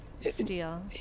Steel